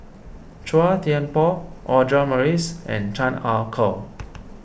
Chua Thian Poh Audra Morrice and Chan Ah Kow